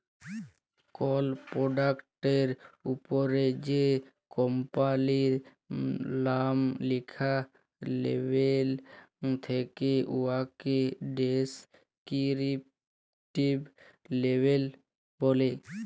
call পরডাক্টের উপরে যে কম্পালির লাম লিখ্যা লেবেল থ্যাকে উয়াকে ডেসকিরিপটিভ লেবেল ব্যলে